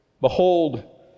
Behold